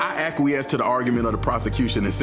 ah acquiesce to the argument of the prosecution.